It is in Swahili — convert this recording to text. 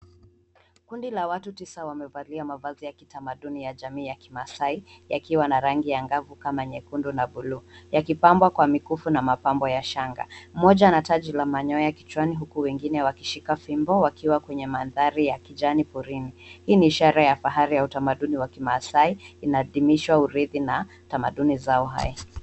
Kundi la watu tisa wamevalia mavazi ya kitamatudi ya jamii ya kimaasai yakiwa a rangi angavu kama vile nyekundu na bluu yakipambwa kwa mikufu na mapambo ya shanga. Mmoja ana taji la manyoya kichwani huku wengine wakishika fimbo wakiwa kwenye ya kijani porini. Hii ni ishara ya kifahari ya tamaduni ya kimaasai inaadimisha urithi na tamaduni zao hai.